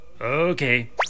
Okay